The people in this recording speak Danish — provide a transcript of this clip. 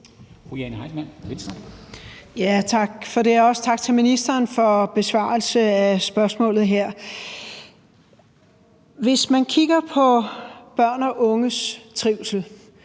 tak til ministeren for besvarelse af spørgsmålet her. Hvad angår børn og unges trivsel,